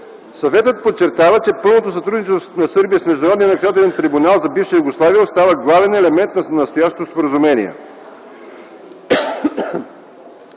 Съветът подчертава, че пълното сътрудничество на Сърбия с Международния наказателен трибунал за бивша Югославия остава главен елемент на настоящото Споразумение.